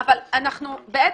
בעצם,